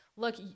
Look